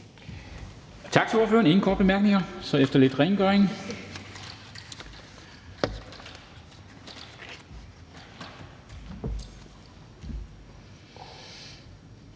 Tak til ordføreren. Der er ingen korte bemærkninger, så efter lidt rengøring